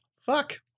fuck